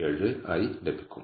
87 ആയി ലഭിക്കും